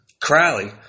Crowley